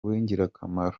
w’ingirakamaro